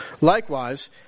Likewise